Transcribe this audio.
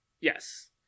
Yes